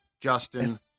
Justin